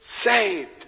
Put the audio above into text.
saved